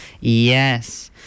Yes